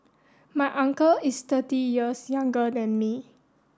my uncle is thirty years younger than me